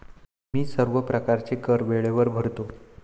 मी सर्व प्रकारचे कर वेळेवर भरतो